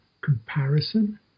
comparison